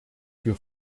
für